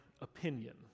opinion